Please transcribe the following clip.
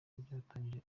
bwatangarije